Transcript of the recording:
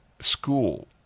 school